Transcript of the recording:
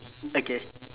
okay